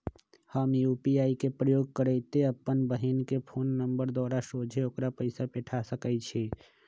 हम यू.पी.आई के प्रयोग करइते अप्पन बहिन के फ़ोन नंबर द्वारा सोझे ओकरा पइसा पेठा सकैछी